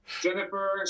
jennifer